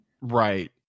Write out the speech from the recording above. Right